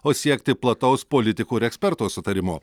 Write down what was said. o siekti plataus politikų ir ekspertų sutarimo